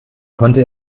konnte